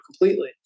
completely